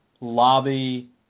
lobby